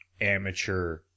amateur